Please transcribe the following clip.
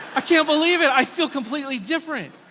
i can't believe it, i feel completely different.